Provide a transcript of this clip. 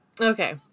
Okay